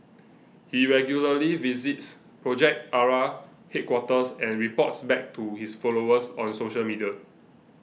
he regularly visits Project Ara headquarters and reports back to his followers on social media